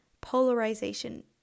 polarization